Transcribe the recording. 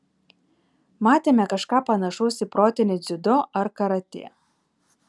matėme kažką panašaus į protinį dziudo ar karatė